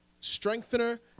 strengthener